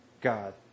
God